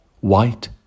white